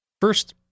First